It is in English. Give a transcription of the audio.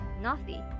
naughty